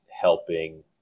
helping